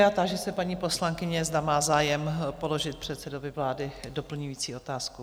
Táži se paní poslankyně, zda má zájem položit předsedovi vlády doplňující otázku?